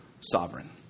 sovereign